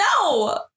No